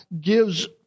gives